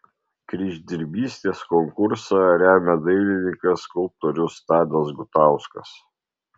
kryždirbystės konkursą remia dailininkas skulptorius tadas gutauskas